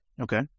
Okay